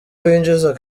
winjiza